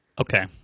Okay